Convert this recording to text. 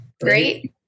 Great